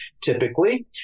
typically